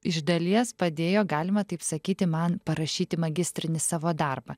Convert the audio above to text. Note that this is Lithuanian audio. iš dalies padėjo galima taip sakyti man parašyti magistrinį savo darbą